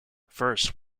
first